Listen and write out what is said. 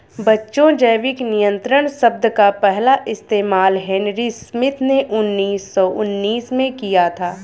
बच्चों जैविक नियंत्रण शब्द का पहला इस्तेमाल हेनरी स्मिथ ने उन्नीस सौ उन्नीस में किया था